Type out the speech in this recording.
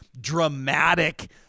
dramatic